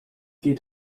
geht